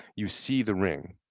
you see the ring.